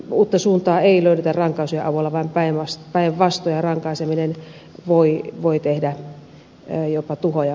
uutta suuntaa ei löydetä rankaisujen avulla vaan päinvastoin rankaiseminen voi jopa tehdä tuhoja